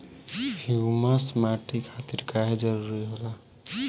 Humus माटी खातिर काहे जरूरी होला?